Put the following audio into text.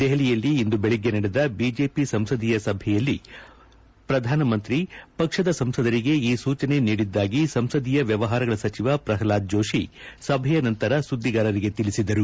ದೆಹಲಿಯಲ್ಲಿ ಇಂದು ಬೆಳಿಗ್ಗೆ ನಡೆದ ಬಿಜೆಪಿ ಸಂಸದೀಯ ಸಭೆಯಲ್ಲಿ ಪ್ರಧಾನಿ ಪಕ್ಷದ ಸಂಸದರಿಗೆ ಈ ಸೂಚನೆ ನೀಡಿದ್ದಾಗಿ ಸಂಸದೀಯ ವ್ಯವಹಾರಗಳ ಸಚಿವ ಪ್ರಲ್ಹಾದ್ ಜೋಶಿ ಸಭೆಯ ನಂತರ ಸುದ್ದಿಗಾರರಿಗೆ ತಿಳಿಸಿದರು